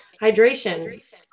hydration